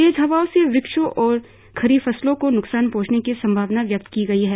तेज हवाओं से वक्षों और खड़ी फसलों को न्कसान पहंचने की संभावना व्यक्त की गई है